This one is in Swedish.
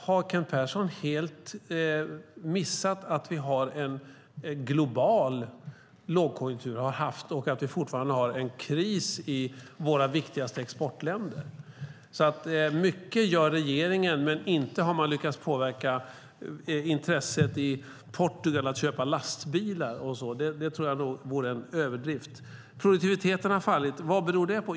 Har Kent Persson helt missat att vi har haft en global lågkonjunktur och fortfarande har en kris i våra viktigaste exportländer? Mycket gör regeringen, men inte har man lyckats påverka intresset i Portugal för att köpa lastbilar. Det tror jag vore en överdrift. Produktiviteten har fallit. Vad beror det på?